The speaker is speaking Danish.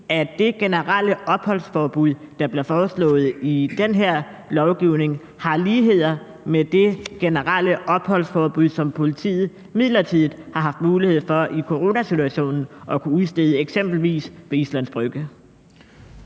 at det generelle opholdsforbud, der bliver foreslået i den her lovgivning, har ligheder med det generelle opholdsforbud, som politiet midlertidigt har haft mulighed for i coronasituationen at udstede eksempelvis på Islands Brygge?